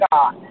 God